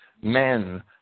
men